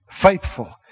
Faithful